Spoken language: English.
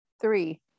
Three